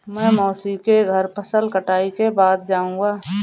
मैं मौसी के घर फसल कटाई के बाद जाऊंगा